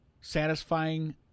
satisfying